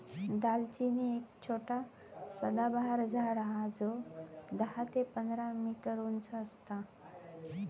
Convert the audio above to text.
दालचिनी एक छोटा सदाबहार झाड हा जो दहा ते पंधरा मीटर उंच असता